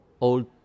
old